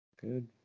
Good